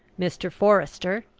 mr. forester,